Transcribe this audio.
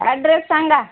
address सांगा